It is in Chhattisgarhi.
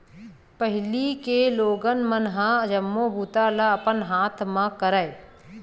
पहिली लोगन मन ह जम्मो बूता ल अपन हाथ ले करय